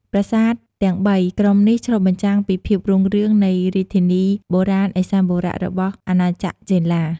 ប្រាសាទទាំងបីក្រុមនេះឆ្លុះបញ្ចាំងពីភាពរុងរឿងនៃរាជធានីបុរាណឥសានបុរៈរបស់អាណាចក្រចេនឡា។